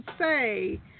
say